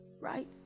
Right